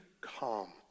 calm